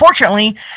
unfortunately